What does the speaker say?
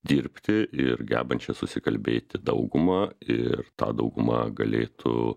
dirbti ir gebančią susikalbėti daugumą ir ta dauguma galėtų